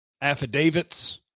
affidavits